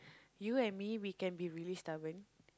you and me we can be really stubborn